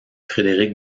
frédéric